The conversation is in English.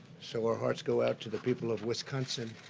so our hearts go out to the people of wisconsin